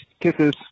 kisses